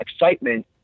excitement